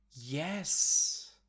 Yes